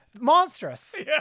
monstrous